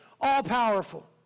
all-powerful